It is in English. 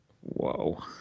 Whoa